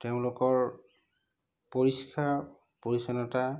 তেওঁলোকৰ পৰিস্কাৰ পৰিচন্নতা